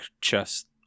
chest